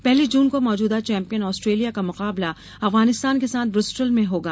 पहली जून को मौजूदा चैम्पियन आस्ट्रेलिया का मुकाबला अफगानिस्तान के साथ ब्रिस्टल में होगा